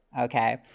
Okay